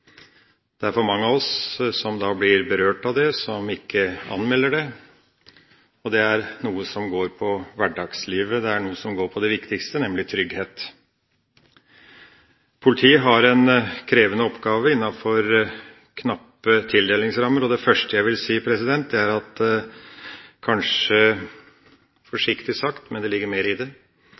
Det er for mange av oss som blir berørt av det, som ikke anmelder det, og det er noe som går på hverdagslivet, det er noe som går på det viktigste, nemlig trygghet. Politiet har en krevende oppgave innafor knappe tildelingsrammer, og det første jeg vil si, er – det er kanskje forsiktig sagt, men det ligger mer i det